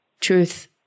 Truth